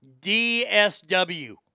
DSW